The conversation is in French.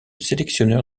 sélectionneur